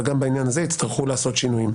וגם בעניין הזה יצטרכו לעשות שינויים.